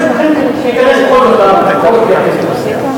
חבר הכנסת חסון.